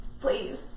please